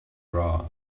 bra